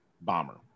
bomber